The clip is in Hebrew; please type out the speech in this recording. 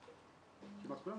כמעט כולם,